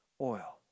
oil